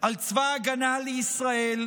על צבא ההגנה לישראל,